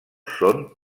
són